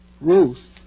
Ruth